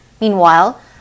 Meanwhile